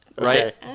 Right